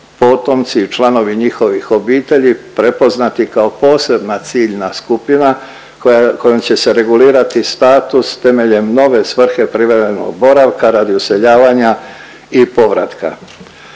potomci i članovi njihovih obitelji prepoznati kao posebna ciljna skupina kojom će se regulirati status temeljem nove svrhe privremenog boravka radi useljavanja i boravka.